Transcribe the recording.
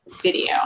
video